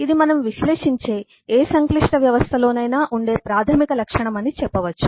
ఇది మనము విశ్లేషించే ఏ సంక్లిష్ట వ్యవస్థలోనైనా ఉండే ప్రాథమిక లక్షణం అని చెప్పవచ్చు